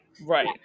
Right